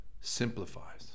simplifies